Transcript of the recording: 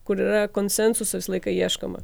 kur yra konsensuso visą laiką ieškoma